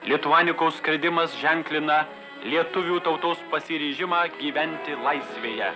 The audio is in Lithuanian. lituanikos skridimas ženklina lietuvių tautos pasiryžimą gyventi laisvėje